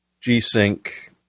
g-sync